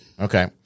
Okay